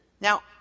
Now